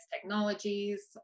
technologies